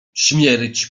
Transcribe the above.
śmierć